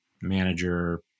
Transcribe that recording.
manager